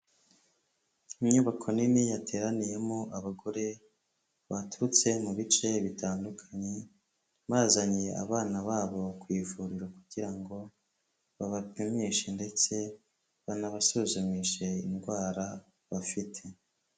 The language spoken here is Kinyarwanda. Inyubako nini yateraniyemo abagore baturutse mu bice bitandukanye bazanye abana babo ku ivuriro kugira ngo babapimishe ndetse banabasuzumishe indwara bafite.